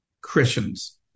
Christians